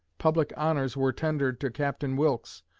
public honors were tendered to captain wilkes,